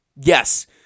Yes